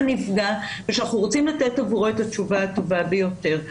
נפגע ושאנחנו רוצים לתת עבורו את התשובה הטובה ביותר.